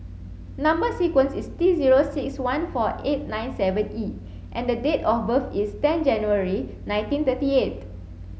number sequence is T zero six one four eight nine seven E and date of birth is ten January nineteen thirty eight